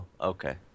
okay